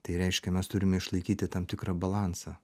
tai reiškia mes turime išlaikyti tam tikrą balansą